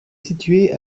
situé